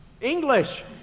English